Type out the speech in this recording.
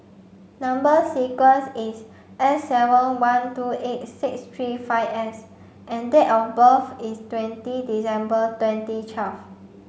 number sequence is S seven one two eight six three five S and date of birth is twenty December twenty twelve